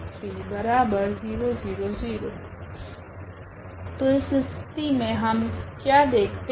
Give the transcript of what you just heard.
तो इस स्थिति मे हम क्या देखते है